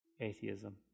atheism